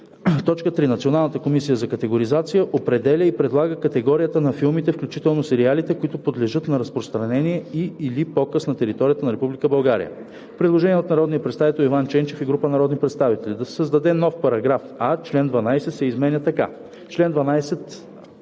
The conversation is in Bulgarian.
(3) Националната комисия за категоризация определя и предлага категорията на филмите, включително сериалите, които подлежат на разпространение и/или показ на територията на Република България.“ Предложение от народния представител Иван Ченчев и група народни представители – да се създаде нов § 8а: „§ 8а. Член 12 се изменя така: